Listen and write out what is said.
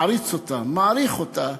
מעריץ אותה, מעריך אותה,